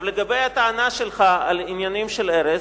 לגבי הטענה שלך על העניינים של מחסום ארז,